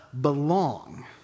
belong